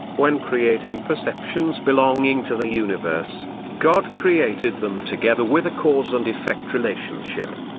when creating perceptions belonging to the universe, god created them together with a cause and effect relationship.